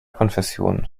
konfession